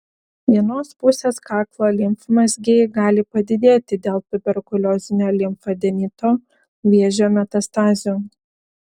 vienos pusės kaklo limfmazgiai gali padidėti dėl tuberkuliozinio limfadenito vėžio metastazių